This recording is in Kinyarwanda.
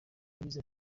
yagize